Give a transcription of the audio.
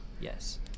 Yes